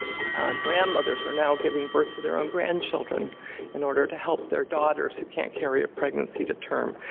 grandmothers are now giving birth to their own grandchildren in order to help their daughters who can't carry a pregnancy to term.